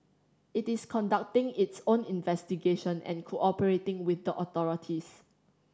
it is conducting its own investigation and cooperating with the authorities